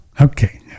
Okay